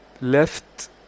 left